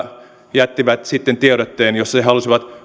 jättivät tiedotteen jossa he halusivat